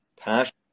Passion